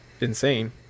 insane